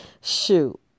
shoot